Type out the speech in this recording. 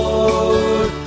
Lord